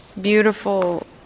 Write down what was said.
beautiful